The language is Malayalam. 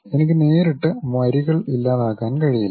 എനിക്ക് നേരിട്ട് വരികൾ ഇല്ലാതാക്കാൻ കഴിയില്ല